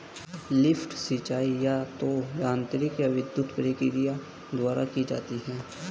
lift सिंचाई या तो यांत्रिक या विद्युत प्रक्रिया द्वारा की जाती है